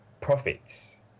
profits